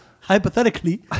Hypothetically